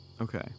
Okay